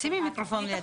אסתי, המיקרופון.